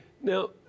Now